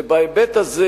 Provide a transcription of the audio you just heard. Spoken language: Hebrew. ובהיבט הזה,